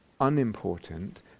unimportant